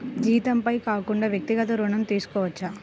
జీతంపై కాకుండా వ్యక్తిగత ఋణం తీసుకోవచ్చా?